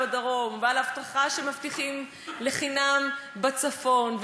בדרום ועל הבטחה שמבטיחים לחינם בצפון.